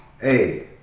Hey